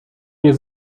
nie